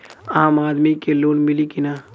आम आदमी के लोन मिली कि ना?